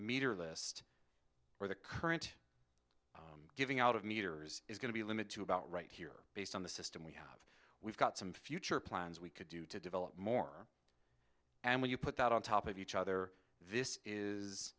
meter list or the current giving out of meters is going to be a limit to about right here based on the system we have we've got some future plans we could do to develop more and when you put that on top of each other this is